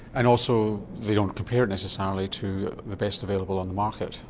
and also they don't compare it necessarily to the best available on the market.